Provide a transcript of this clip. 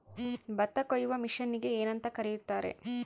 ಭತ್ತ ಕೊಯ್ಯುವ ಮಿಷನ್ನಿಗೆ ಏನಂತ ಕರೆಯುತ್ತಾರೆ?